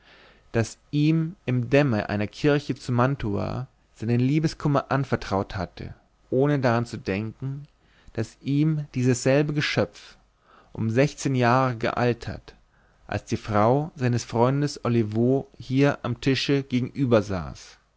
das ihm im dämmer einer kirche zu mantua seinen liebeskummer anvertraut hatte ohne daran zu denken daß ihm dieses selbe geschöpf um sechzehn jahre gealtert als die frau seines freundes olivo hier am tische gegenübersaß